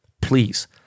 please